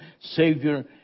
Savior